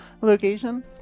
location